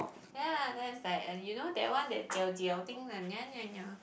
ya that's like and you know that one that jiao jiao thing and